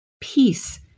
peace